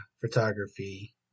photography